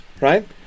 right